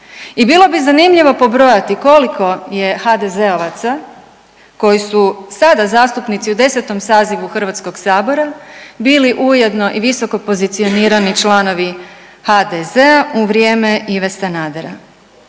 I bilo bi zanimljivo pobrojati koliko je HDZ-ovaca koji su sada zastupnici u 10. sazivu Hrvatskog sabora bili ujedno i visoko pozicionirani članovi HDZ-a u vrijeme Ive Sanadera.